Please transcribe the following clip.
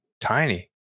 tiny